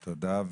תודה.